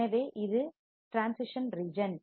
எனவே இது ஒருடிரான்சிஷன் ரிஜன்